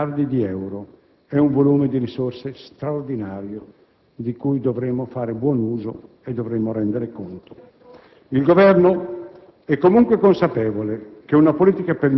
Si tratta, complessivamente, di 123 miliardi di euro. È un volume di risorse straordinario, di cui dovremo fare buon uso e dovremo rendere conto.